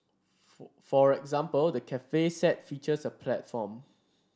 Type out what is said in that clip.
for example the cafe set features a platform